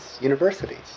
universities